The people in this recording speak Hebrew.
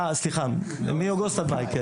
סליחה, מאוגוסט עד מאי.